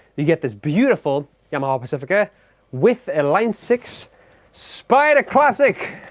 you get this beautiful, yamaha pacifica with a line six spider classic